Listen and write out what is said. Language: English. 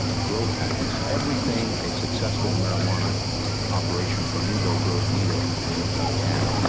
ah grow packs. everything a successful marijuana operation for an indoor growth needed, neil gott had.